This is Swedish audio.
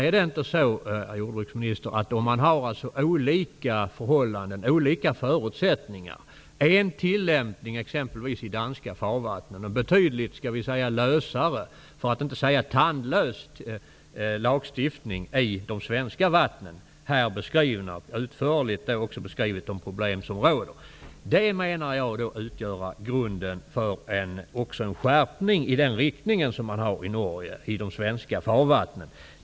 Jag vill göra en precisering av frågan: Har man, herr jordbruksminister, olika förutsättningar med en lagstiftning i danska farvatten och en betydligt lösare, för att inte säga tandlös, lagstiftning i de svenska vattnen -- jag har utförligt beskrivit de problem som råder -- utgör detta en grund för en skärpning av lagstiftningen i de svenska farvattnen på samma sätt som har skett i Norge i fråga om norska vatten.